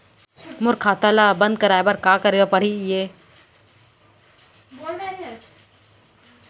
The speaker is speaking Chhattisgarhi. मोर खाता ल बन्द कराये बर का का करे ल पड़ही?